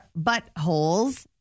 buttholes